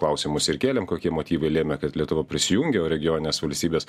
klausimus ir kėlėm kokie motyvai lėmė kad lietuva prisijungė o regioninės valstybės